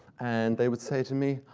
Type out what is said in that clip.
and they would say to me,